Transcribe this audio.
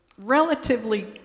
relatively